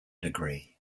degree